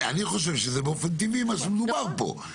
אני חושב שזה באופן טבעי מה שמדובר פה.